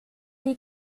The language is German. die